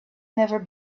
never